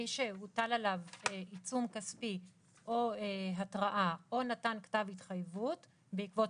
מי שהוטל עליו עיצום כספי או התראה או נתן כתב התחייבות בעקבות